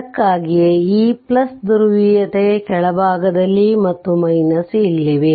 ಅದಕ್ಕಾಗಿಯೇ ಈ ಧ್ರುವೀಯತೆ ಕೆಳಭಾಗದಲ್ಲಿ ಮತ್ತು ಇಲ್ಲಿವೆ